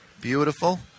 Beautiful